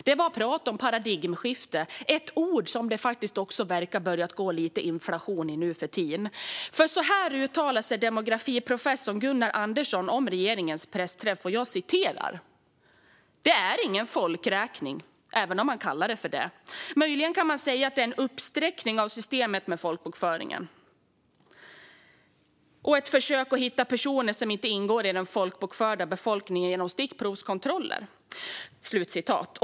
Det var prat om paradigmskifte - ett ord det har börjat gå lite inflation i. Demografiprofessor Gunnar Andersson sa så här efter regeringens pressträff: "Det är ingen folkräkning även om man kallar det för det. Möjligen kan man säga att det är en uppsträckning av systemet med folkbokföringen och ett försök hitta personer som inte ingår i den folkbokförda befolkningen genom stickprovskontroller."